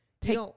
take